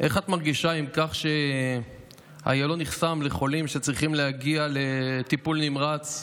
איך את מרגישה עם כך שאיילון נחסם לחולים שצריכים להגיע לטיפול נמרץ?